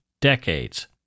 decades